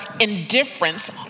indifference